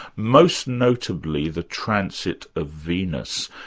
most notably the transit of venus.